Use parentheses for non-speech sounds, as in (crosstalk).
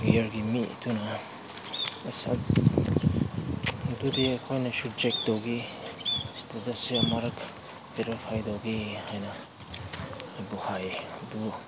ꯀꯤꯌꯥꯔꯒꯤ ꯃꯤꯗꯨꯅ ꯑꯗꯨꯗꯤ ꯑꯩꯈꯣꯏꯅꯁꯨ ꯆꯦꯛ ꯇꯧꯒꯦ (unintelligible) ꯑꯃꯨꯔꯛ ꯕꯦꯔꯤꯐꯥꯏ ꯇꯧꯒꯦ ꯍꯥꯏꯅ ꯑꯩꯕꯨ ꯍꯥꯏ ꯑꯗꯨꯕꯨ